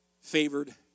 favored